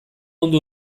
ondo